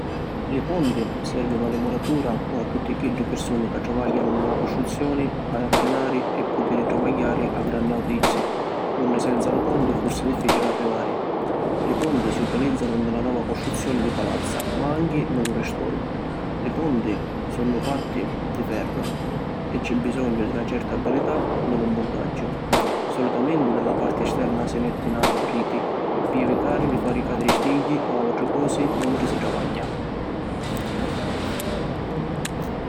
Li ponti servinu a li muratura o a tutti chiddi pirsuni ca travagghianu ni la costruzioni, ad acchianari e putiri travagghiari a granni autizzi, unni senza lu ponti fussi difficili arrivari. Li ponti si utilizzanu ni la nova costruzioni di palazza ma anchi ni lu ristoru. Li ponti sunnu fatti di ferru e c’è bisognu di na certa abilità ni lu muntaggiu. Solitamenti ni la parti esterna si metti na riti pi evitari di fari cadiri stigghi o autri cosi mentri si travagghia.